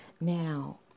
Now